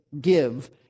give